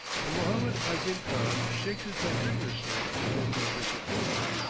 and mohammed ahzim khan shakes his head vigorously in token of disapproval.